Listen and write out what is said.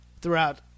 throughout